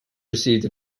received